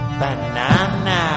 banana